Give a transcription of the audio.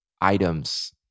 items